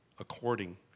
according